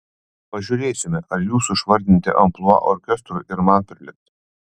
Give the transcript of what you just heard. pažiūrėsime ar jūsų išvardinti amplua orkestrui ir man prilips